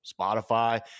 Spotify